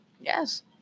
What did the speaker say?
Yes